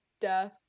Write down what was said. death